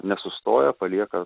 nesusta palieka